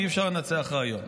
אי-אפשר לנצח רעיון.